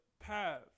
path